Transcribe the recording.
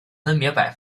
分别